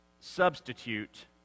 substitute